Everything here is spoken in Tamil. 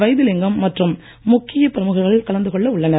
வைத்திலிங்கம் மற்றும் முக்கிய பிரமுகர்கள் கலந்து கொள்ள உள்ளனர்